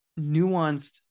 nuanced